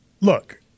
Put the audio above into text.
look